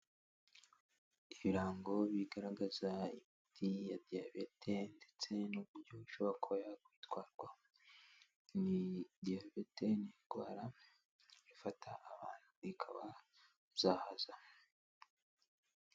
Ibirango bigaragaza imiti ya diyabete ndetse n'uburyo ishobora kuba yakwitwarwamo, diyabete ni indwara ifata abantu ikabazahaza.